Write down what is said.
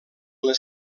les